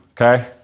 okay